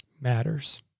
matters